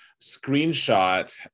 screenshot